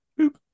boop